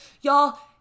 Y'all